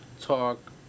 talk